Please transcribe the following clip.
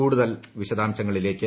കൂടുതൽ വിശദാംശങ്ങളിലേയ്ക്ക്